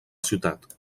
ciutat